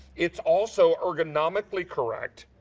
it's also ergonomically correct.